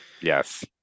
yes